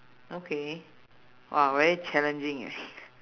okay !wah! very challenging eh